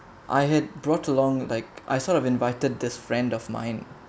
I had brought along like I sort of invited this friend of mine